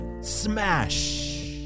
Smash